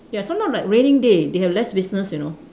ya sometime like raining day they have less business you know